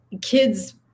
kids